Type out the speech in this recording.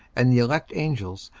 and the elect angels,